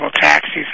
taxis